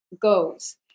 goes